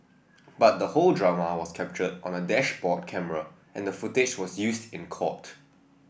but the whole drama was captured on a dashboard camera and the footage was used in court